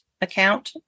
account